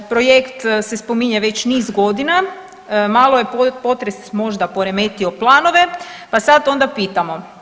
Projekt se spominje već niz godina, malo je potres možda poremetio planove, pa sad onda pitamo.